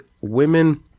women